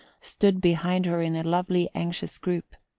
stood behind her in a lovely anxious group,